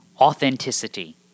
authenticity